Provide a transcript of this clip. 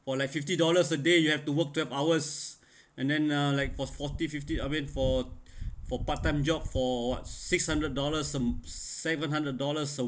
for like fifty dollars a day you have to work twelve hours and then uh like for forty fifty I mean for for part-time job for six hundred dollars sum~ seven hundred dollars